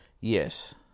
Yes